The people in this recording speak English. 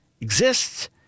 exists